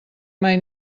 mai